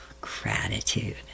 gratitude